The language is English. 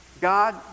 God